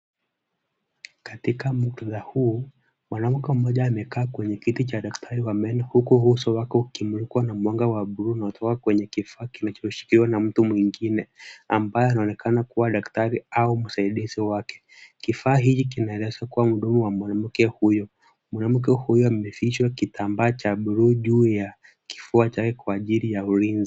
Katika muktadha huu, mwanamke mmoja amekaa kwenye kiti cha daktari wa meno huku uso wake ukimulikwa na mwanga wa bluu unaotoka kwenye kifaa kinachoshikiliwa na mtu mwingine, ambaye anaonekana kuwa daktari au msaidizi wake, kifaa hiki kinaelekezwa kwa mdomo wa mwanamke huyo, mwanamke huyo amevishwa kitambaa cha bluu juu ya kifua chake kwa ajili ya ulinzi.